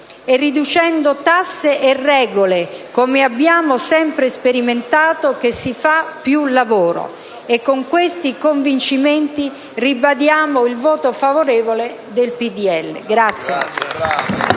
È riducendo tasse e regole, come abbiamo sempre sperimentato, che si crea più lavoro. Con questi convincimenti, ribadiamo il voto favorevole del PdL.